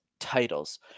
Titles